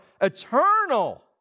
eternal